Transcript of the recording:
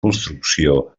construcció